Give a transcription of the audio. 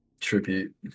tribute